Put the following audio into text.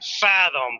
fathom